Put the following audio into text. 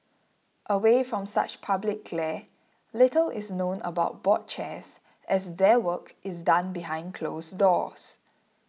away from such public glare little is known about board chairs as their work is done behind close doors